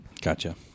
gotcha